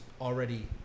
already